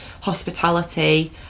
hospitality